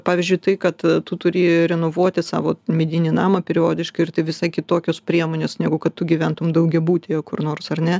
pavyzdžiui tai kad tu turi renovuoti savo medinį namą periodiški ir tai visai kitokios priemonės negu kad tu gyventum daugiabutyje kur nors ar ne